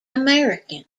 american